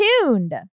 tuned